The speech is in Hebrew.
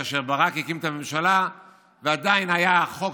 כאשר ברק הקים את הממשלה ועדיין היה החוק